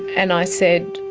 and i said.